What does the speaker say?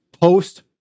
post